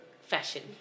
fashion